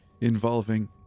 involving